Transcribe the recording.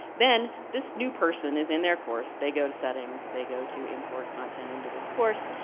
then this new person is in their course, they go to settings, they go to import content into this course.